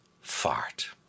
fart